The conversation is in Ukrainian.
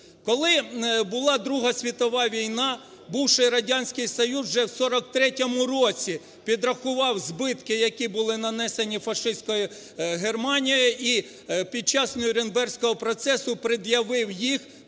Коли була Друга світова війна, бувший Радянський Союз вже в 1943 році підрахував збитки, які були нанесені фашистською Германією, і під час Нюрнберзького процесу пред'явив їх